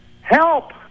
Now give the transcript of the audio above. help